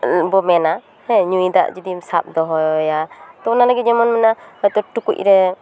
ᱫᱟᱜ ᱵᱚ ᱢᱮᱱᱟ ᱦᱮᱸ ᱧᱩᱭ ᱫᱟᱜ ᱡᱩᱫᱤᱢ ᱥᱟᱵ ᱫᱚᱦᱚᱭᱟ ᱛᱚ ᱚᱱᱟ ᱞᱟᱹᱜᱤᱫ ᱡᱮᱢᱚᱱ ᱢᱮᱱᱟᱜᱼᱟ ᱦᱚᱭᱛᱚ ᱴᱩᱠᱩᱡ ᱨᱮ